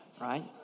right